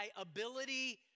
ability